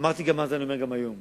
אמרתי אז ואני אומר גם היום: